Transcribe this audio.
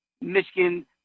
Michigan